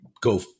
go